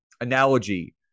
analogy